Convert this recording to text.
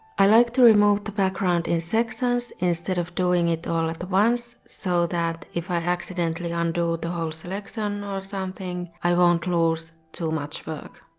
i like to remove the background in sections instead of doing it all at once so that if i accidentally undo the whole selection or something, i won't lose that much work.